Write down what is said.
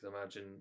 imagine